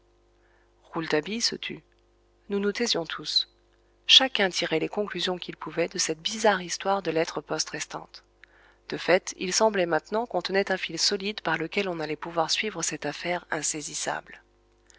rouletabille se tut nous nous taisions tous chacun tirait les conclusions qu'il pouvait de cette bizarre histoire de poste restante de fait il semblait maintenant qu'on tenait un fil solide par lequel on allait pouvoir suivre cette affaire insaisissable